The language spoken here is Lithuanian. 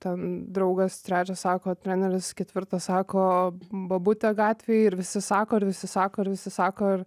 ten draugas trečia sako treneris ketvirta sako bobutė gatvėj ir visi sako ir visi sako ir visi sako ir